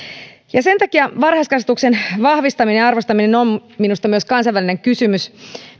sen takia varhaiskasvatuksen vahvistaminen ja arvostaminen on minusta myös kansainvälinen kysymys